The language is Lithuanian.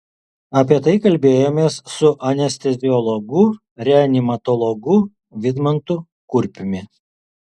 apie tai kalbėjomės su anesteziologu reanimatologu vidmantu kurpiumi